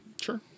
sure